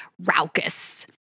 raucous